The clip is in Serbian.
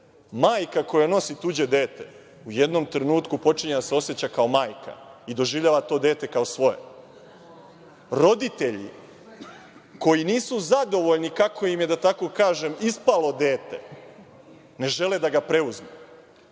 Majka koja nosi tuđe dete u jednom trenutku počinje da se oseća kao majka i doživljava to dete kao svoje. Roditelji koji nisu zadovoljni kako im je, da tako kažem, ispalo dete, ne žele da ga preuzmu.